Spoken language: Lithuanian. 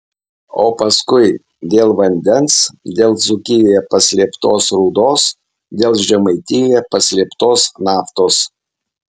o paskui dėl vandens dėl dzūkijoje paslėptos rūdos dėl žemaitijoje paslėptos naftos